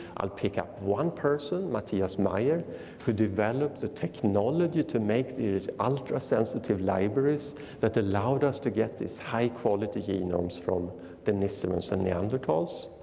i'll pick up one person. matthias meyer who developed the technology to make these ultra sensitive libraries that allowed us to get these high quality genomes from denisovans and neanderthals.